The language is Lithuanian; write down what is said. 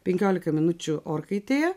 penkiolika minučių orkaitėje